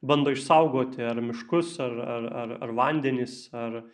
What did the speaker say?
bando išsaugoti ar miškus ar ar ar vandenis ar